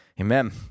Amen